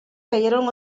cayeron